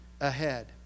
ahead